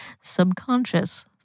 subconscious